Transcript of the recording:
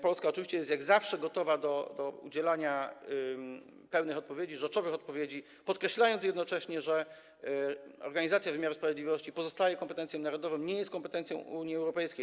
Polska oczywiście jest, jak zawsze, gotowa do udzielania pełnych, rzeczowych odpowiedzi, podkreślając jednocześnie, że organizacja wymiaru sprawiedliwości pozostaje kompetencją narodową, nie jest kompetencją Unii Europejskiej.